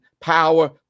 power